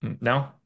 No